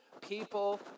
people